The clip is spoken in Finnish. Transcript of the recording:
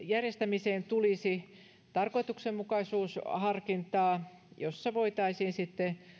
järjestämiseen tulisi tarkoituksenmukaisuusharkintaa jossa voitaisiin sitten